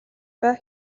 бай